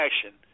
action